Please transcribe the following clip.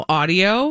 audio